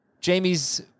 Jamie's